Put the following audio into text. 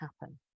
happen